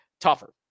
tougher